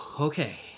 okay